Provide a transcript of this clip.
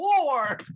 war